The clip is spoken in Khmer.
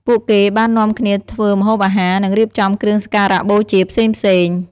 ពួកគេបាននាំគ្នាធ្វើម្ហូបអាហារ និងរៀបចំគ្រឿងសក្ការបូជាផ្សេងៗ។